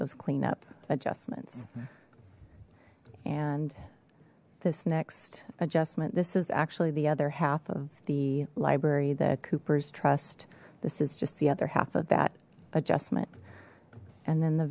those cleanup adjustments and this next adjustment this is actually the other half of the library the cooper's trust this is just the other half of that adjustment and then the